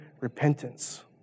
repentance